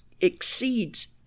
exceeds